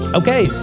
okay